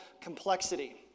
complexity